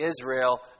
Israel